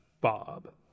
bob